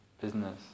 business